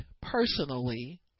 personally